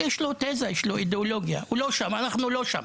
יש לו תזה, יש לו אידיאולוגיה, ואנחנו לא שם.